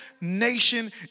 nation